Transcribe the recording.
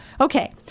Okay